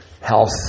health